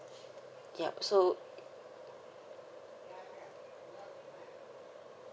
yup so